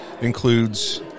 includes